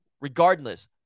Regardless